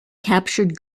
captured